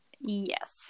Yes